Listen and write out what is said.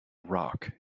rock